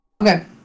Okay